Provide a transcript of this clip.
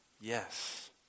Yes